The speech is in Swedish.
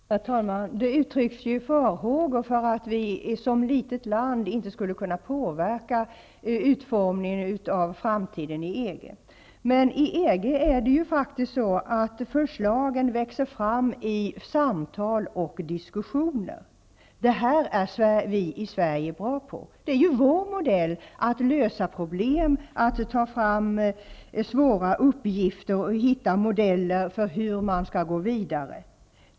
Herr talman! Det uttrycks farhågor för att Sverige som ett litet land inte skulle kunna påverka utformningen av framtiden i EG. Men i EG växer förslagen fram i samtal och diskussioner. Det är vi i Sverige bra på. Det är vår modell att lösa problem och svåra uppgifter och att hitta modeller för att gå vidare.